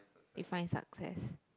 define success